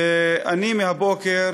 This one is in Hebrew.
ואני מהבוקר